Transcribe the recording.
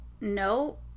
no